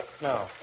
No